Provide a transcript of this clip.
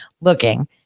looking